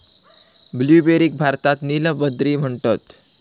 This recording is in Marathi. ब्लूबेरीक भारतात नील बद्री म्हणतत